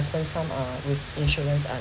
some are with insurance like